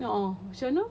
a'ah camne